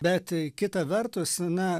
bet kita vertus na